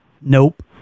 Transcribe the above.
Nope